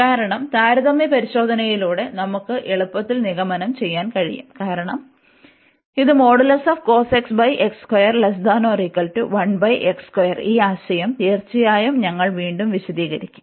കാരണം താരതമ്യ പരിശോധനയിലൂടെ നമുക്ക് എളുപ്പത്തിൽ നിഗമനം ചെയ്യാൻ കഴിയും കാരണം ഇത് ഈ ആശയം തീർച്ചയായും ഞങ്ങൾ വീണ്ടും വിശദീകരിക്കും